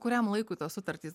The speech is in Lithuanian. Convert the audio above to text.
kuriam laikui tos sutartys